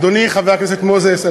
אדוני חבר הכנסת מוזס,